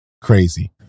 crazy